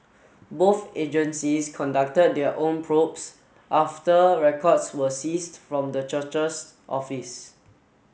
both agencies conducted their own probes after records were seized from the church's office